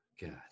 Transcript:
God